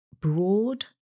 broad